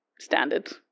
standards